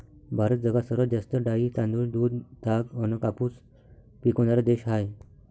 भारत जगात सर्वात जास्त डाळी, तांदूळ, दूध, ताग अन कापूस पिकवनारा देश हाय